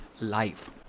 life